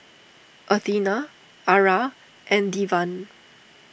Athena Ara and Devan